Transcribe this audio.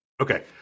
Okay